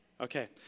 Okay